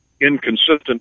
inconsistent